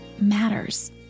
matters